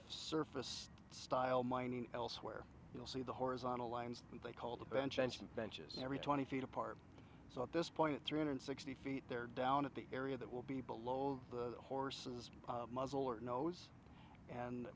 surface style mining elsewhere you'll see the horizontal lines they call the bench mentioned benches every twenty feet apart so at this point three hundred sixty feet they're down at the area that will be below the horse's muzzle or nose and